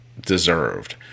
deserved